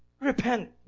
Repent